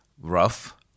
rough